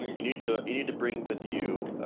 you need to you need to bring with you